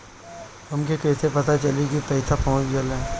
हमके कईसे पता चली कि पैसा पहुच गेल?